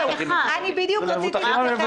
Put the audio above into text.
התייעצות סיעתית?